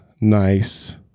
nice